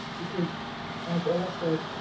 because as ola said,